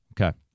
Okay